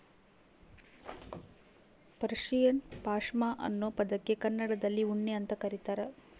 Persian ಪಾಷ್ಮಾ ಅನ್ನೋ ಪದಕ್ಕೆ ಕನ್ನಡದಲ್ಲಿ ಉಣ್ಣೆ ಅಂತ ಕರೀತಾರ